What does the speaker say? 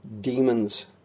demons